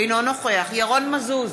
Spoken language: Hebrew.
אינו נוכח ירון מזוז,